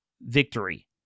victory